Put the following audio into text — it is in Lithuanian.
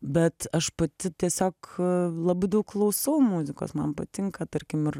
bet aš pati tiesiog labai daug klausau muzikos man patinka tarkim ir